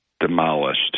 demolished